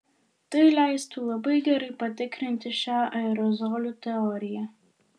tai leistų labai gerai patikrinti šią aerozolių teoriją